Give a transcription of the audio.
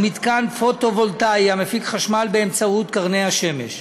ומתקן פוטו-וולטאי, המפיק חשמל באמצעות קרני השמש.